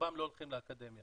ברובם לא הולכים לאקדמיה